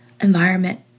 environment